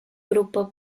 gruppo